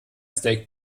steak